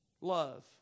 Love